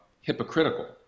hypocritical